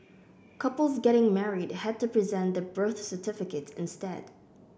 couples getting married had to present their birth certificates instead